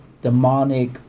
demonic